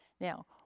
Now